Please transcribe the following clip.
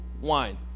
wine